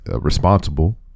responsible